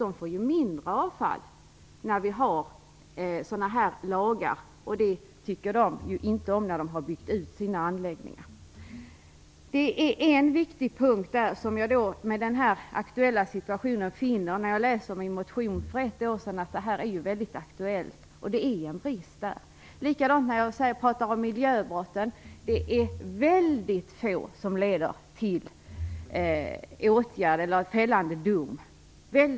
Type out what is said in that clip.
De får ju mindre avfall när vi har lagar om återvinning, och det tycker de inte om när de har byggt ut sina anläggningar. Det är en viktig punkt. Det står i min motion som jag skrev för ett år sedan, och det är nu mycket aktuellt. Det finns en brist här. Det är likadant med miljöbrotten. Det är väldigt få som leder till åtgärder eller fällande dom.